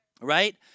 Right